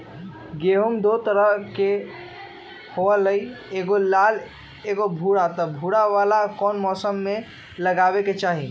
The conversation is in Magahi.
गेंहू दो तरह के होअ ली एगो लाल एगो भूरा त भूरा वाला कौन मौसम मे लगाबे के चाहि?